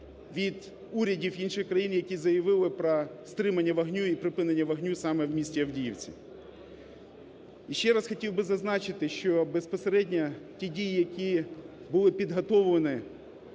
від урядів інших країн, які заявили про стримання вогню і припинення вогню саме в місті Авдіївці. І ще раз хотів би зазначити, що безпосередньо ті дії, які були підготовлені